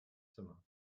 zimmer